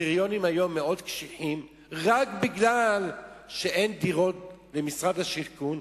הקריטריונים היום מאוד קשיחים רק בגלל שאין דירות למשרד השיכון.